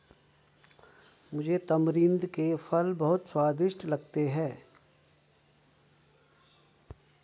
मुझे तमरिंद के फल बहुत स्वादिष्ट लगते हैं